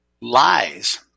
lies